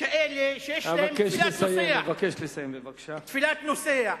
כאלה שיש להם תפילת נוסע,